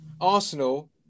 Arsenal